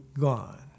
gone